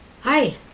Hi